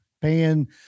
paying